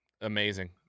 Amazing